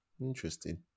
Interesting